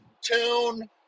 tune